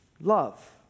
Love